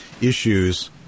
issues